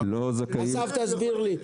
אסף תסביר לי.